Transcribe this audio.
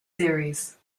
series